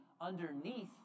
underneath